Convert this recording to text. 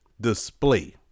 display